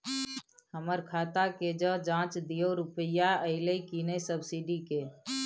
हमर खाता के ज जॉंच दियो रुपिया अइलै की नय सब्सिडी के?